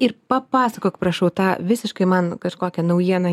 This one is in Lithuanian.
ir papasakok prašau tą visiškai man kažkokią naujieną